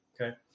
okay